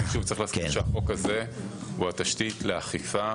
חשוב, צריך להזכיר שהחוק הזה הוא התשתית לאכיפה